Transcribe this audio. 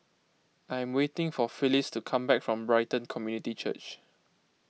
I am waiting for Phylis to come back from Brighton Community Church